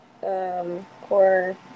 Core